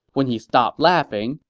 when he stopped laughing,